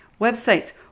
Websites